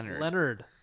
leonard